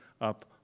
up